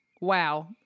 wow